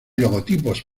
logotipos